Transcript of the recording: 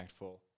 impactful